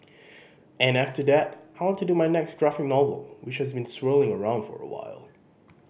and after that I want do my next graphic novel which has been swirling around for a while